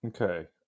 Okay